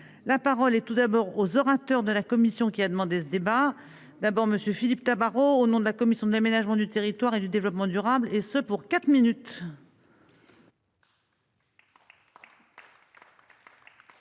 la parole est tout d'abord aux orateurs de la commission qui a demandé ce débat d'abord Monsieur Philippe Tabarot, au nom de la commission de l'aménagement du territoire et du développement durable et ce pour 4 minutes.